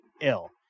ill